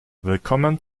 willkommen